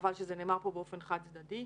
וחבל שזה נאמר פה באופן חד צדדי.